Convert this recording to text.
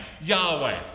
Yahweh